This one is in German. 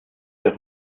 der